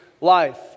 life